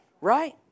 right